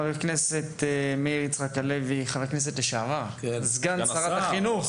חבר הכנסת לשעבר וסגן שרת החינוך,